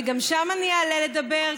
וגם שם אני אעלה לדבר,